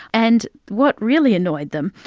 and what really annoyed them,